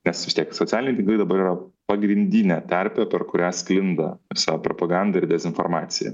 nes vis tiek socialiniai tinklai dabar yra pagrindinė terpė per kurią sklinda visa propaganda ir dezinformacija